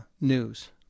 news